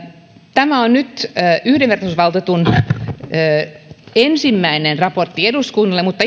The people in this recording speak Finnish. tämä on nyt yhdenvertaisuusvaltuutetun ensimmäinen raportti eduskunnalle mutta